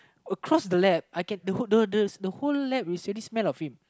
across the lab I can the whole lab smell of him